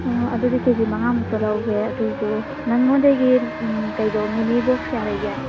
ꯑꯣ ꯑꯗꯨꯗꯤ ꯀꯦꯖꯤ ꯃꯉꯥꯃꯨꯛꯇ ꯂꯧꯒꯦ ꯑꯗꯨꯗꯨ ꯅꯉꯣꯟꯗꯒꯤ ꯀꯩꯅꯣ ꯃꯤꯃꯤ ꯕꯣꯛꯁ ꯀꯌꯥ ꯂꯩꯒꯦ